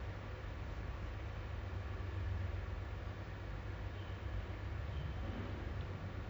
twenty four seven like around the clock because you have deadlines to meet and then there's no